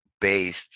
based